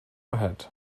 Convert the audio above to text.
ahead